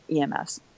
EMS